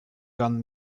gone